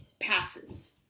passes